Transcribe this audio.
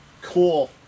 Cool